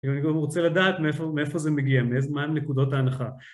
ואני גם רוצה לדעת מאיפה זה מגיע, מהן נקודות ההנחה